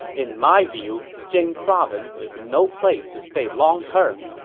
in my view, jing province is no place to stay long term,